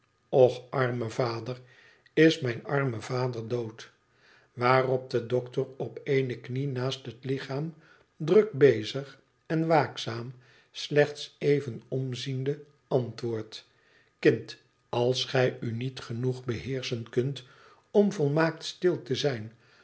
och arme vader is mijn arme vader dood waarop de dokter op ééne knie naast het lichaam druk bezig en waakzaam slechts even omziende antwoordt kind als j u niet genoeg beheerschen kunt om volmaakt stil te zijn